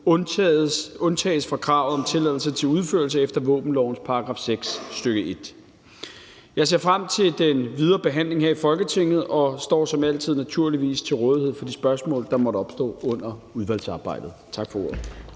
undtages fra kravet om tilladelse til udførelse efter våbenlovens § 6, stk. 1. Jeg ser frem til den videre behandling her i Folketinget og står naturligvis som altid til rådighed for de spørgsmål, der måtte opstå under udvalgsarbejdet. Tak for ordet.